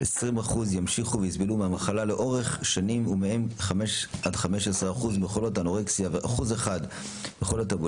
ו-20% ימשיכו ויסבלו מהמחלה לאורך שנים ומהם 5% עד 15% מחולות האנורקסיה